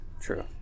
True